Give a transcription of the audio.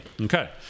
Okay